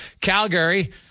Calgary